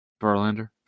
Verlander